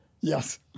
Yes